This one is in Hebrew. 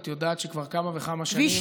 את יודעת שכבר כמה וכמה שנים,